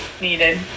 needed